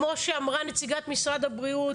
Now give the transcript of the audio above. כמו שאמרה נציגת משרד הבריאות,